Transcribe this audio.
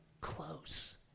close